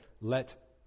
let